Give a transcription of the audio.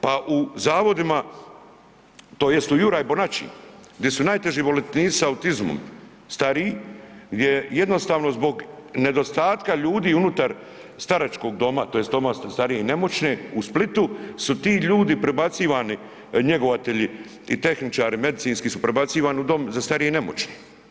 Pa u zavodima tj. u Juraj Bonači gdje su najteži bolesnici s autizmom stariji, gdje jednostavno zbog nedostatka ljudi unutar staračkog doma tj. doma za starije i nemoćne u Splitu su ti ljudi prebacivani, njegovatelji i tehničari medicinski su prebacivani u dom za starije i nemoćne.